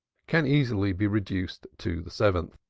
can easily be reduced to the seventh.